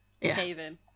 cave-in